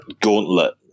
gauntlet